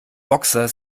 boxer